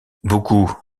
beaucoup